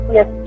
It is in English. Yes